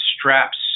straps